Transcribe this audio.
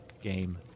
game